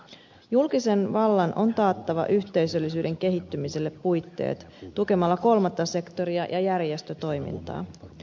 julkisen vallan on taattava yhteisöllisyyden kehittymiselle puitteet tukemalla kolmatta sektoria ja järjestötoimintaa